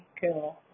cool